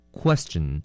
question